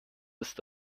ist